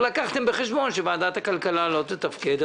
לא לקחתם בחשבון שוועדת הכלכלה לא תתפקד,